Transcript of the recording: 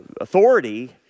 authority